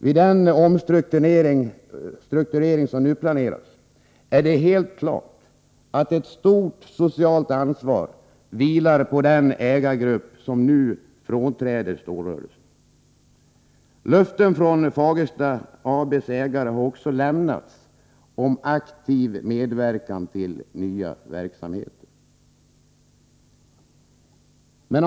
Vid den omstrukturering som nu planeras är det helt klart att ett stort socialt ansvar vilar på den ägargrupp som nu frånträder stålrörelsen. Löften från Fagersta AB:s ägare har också lämnats om aktiv medverkan till nya verksamheter.